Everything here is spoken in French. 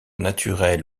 naturels